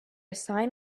sign